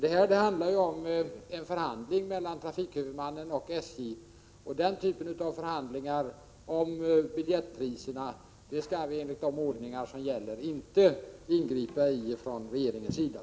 Här handlar det om en förhandling mellan trafikhuvudmannen och SJ, och den typen av förhandlingar om biljettpriserna skall vi enligt de ordningar som gäller inte ingripa i från regeringens sida.